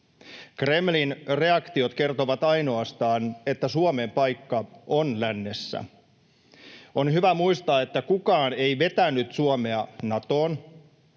Kremlin reaktiot kertovat ainoastaan, että Suomen paikka on lännessä. On hyvä muistaa, että kukaan ei vetänyt Suomea Natoon.